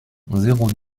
zéro